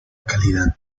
calidad